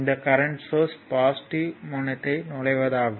இந்த current positive முனையத்தை நுழைவதாகும்